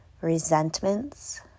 resentments